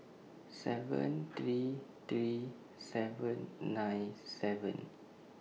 seven three three seven nine seven